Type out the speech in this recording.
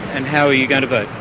and how are you going to vote?